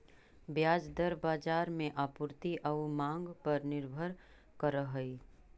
ब्याज दर बाजार में आपूर्ति आउ मांग पर निर्भर करऽ हइ